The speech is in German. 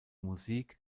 musik